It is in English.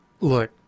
look